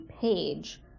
page